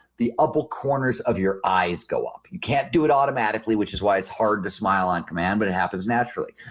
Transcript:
the upper corners of your eyes go up. you can't do it automatically which is why it's hard to smile on command but it happens naturally.